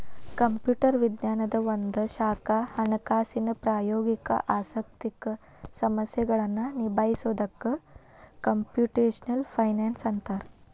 computer ವಿಜ್ಞಾನದ್ ಒಂದ ಶಾಖಾ ಹಣಕಾಸಿನ್ ಪ್ರಾಯೋಗಿಕ ಆಸಕ್ತಿಯ ಸಮಸ್ಯೆಗಳನ್ನ ನಿಭಾಯಿಸೊದಕ್ಕ ಕ್ಂಪುಟೆಷ್ನಲ್ ಫೈನಾನ್ಸ್ ಅಂತ್ತಾರ